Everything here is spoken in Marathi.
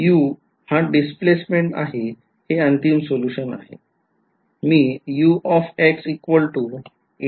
u हा डिस्प्लेसमेंट आहे हे अंतिम सोल्यूशन आहे